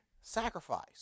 sacrifice